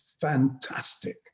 fantastic